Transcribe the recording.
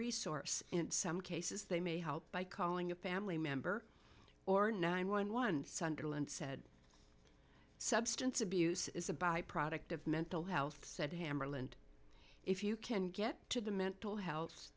resource in some cases they may help by calling a family member or nine one one sunderland said substance abuse is a byproduct of mental health said hammarlund if you can get to the mental health